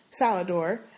Salador